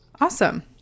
Awesome